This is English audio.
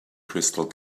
crystal